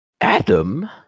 adam